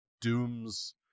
Doom's